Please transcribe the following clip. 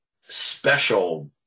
special